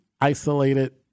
isolated